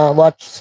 watch